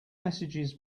messages